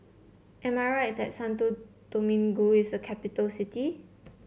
am I right that Santo Domingo is a capital city